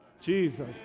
Jesus